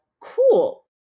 Cool